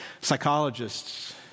Psychologists